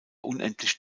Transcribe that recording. unendlich